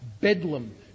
bedlam